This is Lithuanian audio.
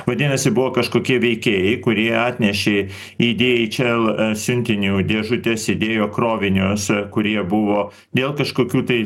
vadinasi buvo kažkokie veikėjai kurie atnešė į dieičel siuntinių dėžutes įdėjo krovinius kurie buvo dėl kažkokių tai